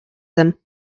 him